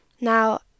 Now